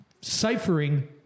ciphering